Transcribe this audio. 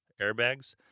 Airbags